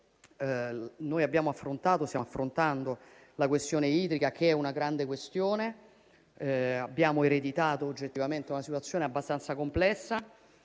abbiamo affrontato e stiamo affrontando la questione idrica, che è una grande questione. Abbiamo ereditato oggettivamente una situazione abbastanza complessa.